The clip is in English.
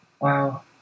wow